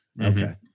Okay